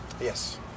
Yes